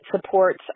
supports